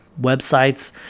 websites